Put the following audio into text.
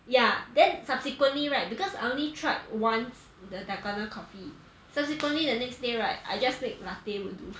ya then subsequently right because I only tried once the dalgona coffee subsequently the next day right I just make latte will do